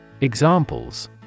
Examples